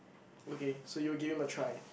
okay so you will give him a try